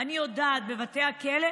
בבתי הכלא,